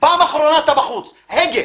פעם אחרונה ואתה בחוץ, לא הגה.